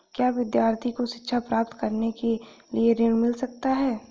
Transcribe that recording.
क्या विद्यार्थी को शिक्षा प्राप्त करने के लिए ऋण मिल सकता है?